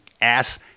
ass